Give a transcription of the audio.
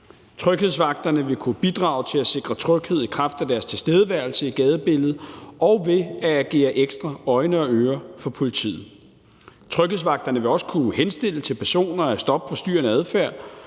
Tryghedsvagterne vil kunne bidrage til at sikre tryghed i kraft af deres tilstedeværelse i gadebilledet og ved at agere ekstra øjne og ører for politiet. Tryghedsvagterne vil også kunne henstille til personer at stoppe forstyrrende adfærd,